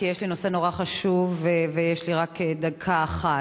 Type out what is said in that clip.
כי יש לי נושא נורא חשוב ויש לי רק דקה אחת.